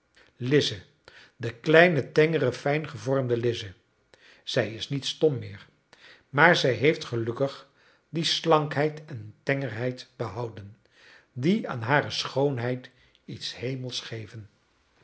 lize de kleine tengere fijngevormde lize zij is niet stom meer maar zij heeft gelukkig die slankheid en tengerheid behouden die aan hare schoonheid iets hemelsch geven